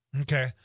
Okay